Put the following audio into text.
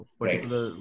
particular